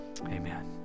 amen